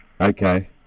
Okay